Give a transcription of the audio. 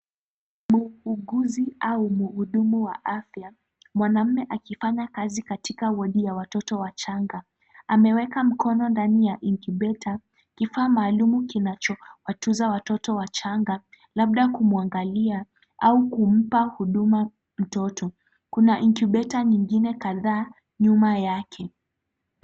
Muuguzi au mhudumu wa afya mwanamume akifanya kazi katika wodi ya watoto wachanga. Ameweka mkono ndani ya incubator kifaa maalum kinachowatunza watoto wachanga labda kumuangalia au kumpa huduma mtoto. Kuna incubator nyingine kadhaa nyuma yake.